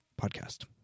podcast